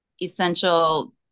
essential